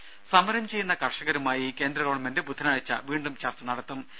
രും സമരം ചെയ്യുന്ന കർഷകരുമായി കേന്ദ്രഗവൺമെന്റ് ബുധനാഴ്ച വീണ്ടും ചർച്ച നടത്തും